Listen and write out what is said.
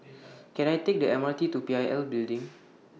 Can I Take The M R T to P I L Building